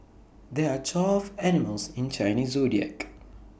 there are twelve animals in Chinese Zodiac